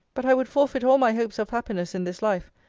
but i would forfeit all my hopes of happiness in this life,